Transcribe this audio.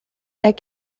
that